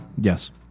Yes